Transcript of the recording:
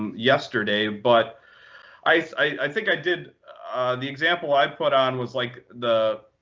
yesterday. but i so i think i did the example i put on was like the